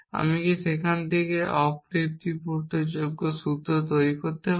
আমি কি সেখান থেকে একটি অতৃপ্তিযোগ্য সূত্র তৈরি করতে পারি